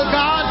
God